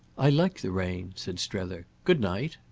i like the rain, said strether. good-night!